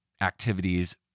activities